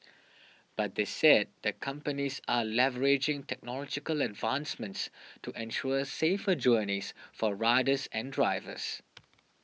but they said the companies are leveraging technological advancements to ensure safer journeys for riders and drivers